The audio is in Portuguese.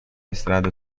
estrada